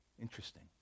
interesting